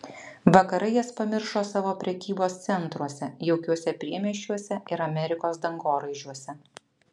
vakarai jas pamiršo savo prekybos centruose jaukiuose priemiesčiuose ir amerikos dangoraižiuose